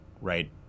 right